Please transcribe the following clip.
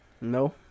No